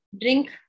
drink